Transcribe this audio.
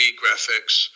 graphics